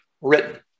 written